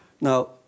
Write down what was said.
Now